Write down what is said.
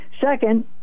Second